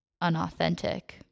unauthentic